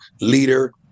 leader